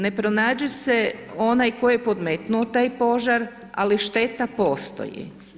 Ne pronađe se onaj tko je podmetnuo taj požar, ali šteta postoji.